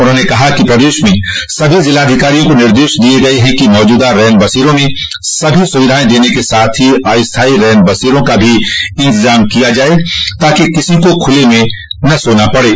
उन्होंने कहा कि प्रदेश में सभी जिलाधिकारियों को निर्देश दिये गये हैं कि मौजूदा रैन बसेरों में सभी सुविधाएं देने के साथ ही अस्थाई रैन बसेरों का भी इंतजाम किया जाये ताकि किसी को खुले में न सोना पड़े